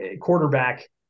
quarterback